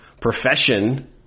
profession